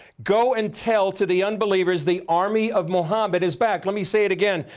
go and tell to the unbelievers the army of mohamed is back. let me say it again.